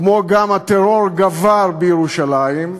כמו גם הטרור גבר, בירושלים,